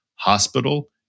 Hospital